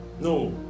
No